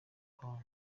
paulo